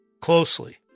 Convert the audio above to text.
closely